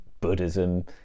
Buddhism